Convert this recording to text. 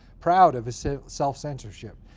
proud of his self-censorship.